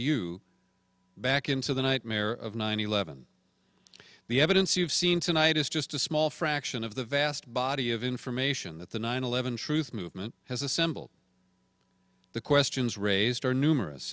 you back into the nightmare of nine eleven the evidence you've seen tonight is just a small fraction of the vast body of information that the nine eleven truth movement has assembled the questions raised are numerous